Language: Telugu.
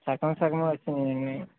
సగం సగమే వచ్చినాయా అండి